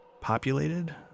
populated